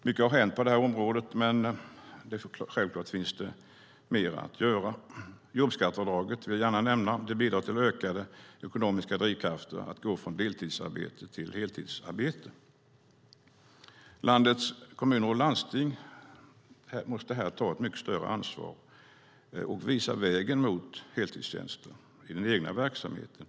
Mycket har hänt på det här området, men det finns självfallet mer att göra. Jag vill gärna nämna jobbskatteavdraget. Det bidrar till ökade ekonomiska drivkrafter att gå från deltidsarbete till heltidsarbete. Landets kommuner och landsting måste ta ett mycket större ansvar här och visa vägen genom heltidstjänster i den egna verksamheten.